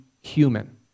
human